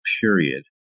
period